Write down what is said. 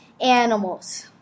Animals